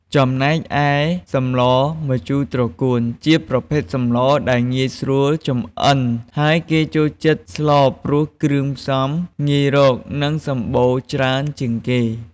ចំំណែកឯសម្លម្ជូរត្រកួនជាប្រភេទសម្លដែលងាយស្រួលចម្អិនហើយគេចូលចិត្តស្លព្រោះគ្រឿងផ្សំងាយរកនិងសំបូរច្រើនជាងគេ។